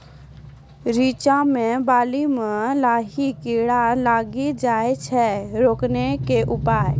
रिचा मे बाली मैं लाही कीड़ा लागी जाए छै रोकने के उपाय?